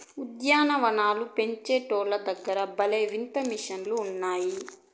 ఉద్యాన వనాలను పెంచేటోల్ల దగ్గర భలే వింత మిషన్లు ఉన్నాయే